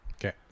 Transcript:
Okay